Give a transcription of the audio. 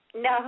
No